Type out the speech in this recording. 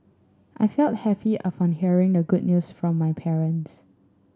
I felt happy upon hearing the good news from my parents